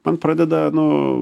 man pradeda nu